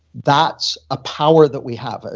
that's a power that we have, ah